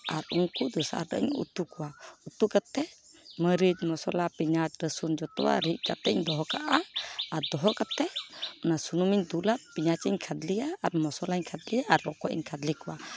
ᱟᱨ ᱩᱱᱠᱩ ᱫᱚᱥᱟᱨ ᱦᱤᱞᱳᱜ ᱤᱧ ᱩᱛᱩ ᱠᱚᱣᱟ ᱩᱛᱩ ᱠᱟᱛᱮᱜ ᱢᱟᱹᱨᱤᱪ ᱢᱚᱥᱞᱟ ᱯᱮᱸᱭᱟᱡᱽ ᱨᱟᱹᱥᱩᱱ ᱡᱚᱛᱚᱣᱟᱜ ᱨᱤᱫ ᱠᱟᱛᱮᱫ ᱤᱧ ᱫᱚᱦᱚ ᱠᱟᱜᱼᱟ ᱟᱨ ᱫᱚᱦᱚ ᱠᱟᱛᱮᱫ ᱥᱩᱱᱩᱢᱤᱧ ᱫᱩᱞᱟ ᱯᱮᱸᱭᱟᱡᱤᱧ ᱠᱷᱟᱫᱤᱞᱭᱟ ᱟᱨ ᱢᱚᱥᱞᱟᱧ ᱠᱷᱟᱫᱽᱞᱮᱭᱟ ᱟᱨ ᱨᱚᱠᱚᱡ ᱤᱧ ᱠᱷᱟᱫᱽᱞᱮ ᱠᱚᱣᱟ